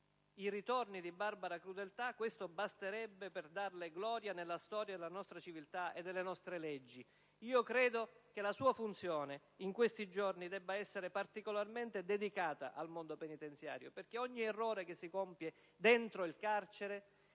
i ritorni di barbara crudeltà, questo basterebbe per darle gloria nella storia della nostra civiltà e delle nostre leggi». Credo che la sua funzione in questi giorni debba essere particolarmente dedicata al mondo penitenziario, perché ogni errore che si compie dentro il carcere